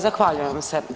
Zahvaljujem se.